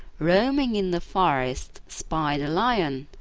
roaming in the forest, spied a lion,